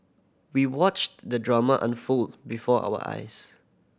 we watched the drama unfold before our eyes